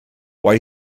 why